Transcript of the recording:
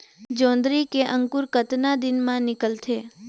जोंदरी के अंकुर कतना दिन मां निकलथे?